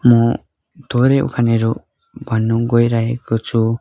म थोरै उखानहरू भन्न गइरहेको छु